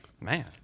Man